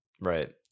right